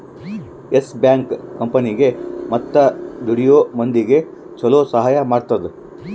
S Bank ಕಂಪನಿಗೇ ಮತ್ತ ದುಡಿಯೋ ಮಂದಿಗ ಚೊಲೊ ಸಹಾಯ ಮಾಡುತ್ತ